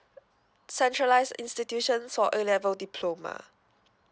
centralise institution for a level diploma